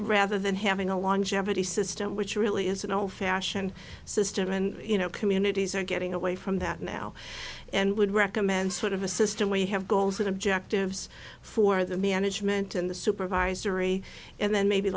rather than having a longevity system which really is an old fashioned system and you know communities are getting away from that now and would recommend sort of a system we have goals and objectives for the management in the supervisory and then maybe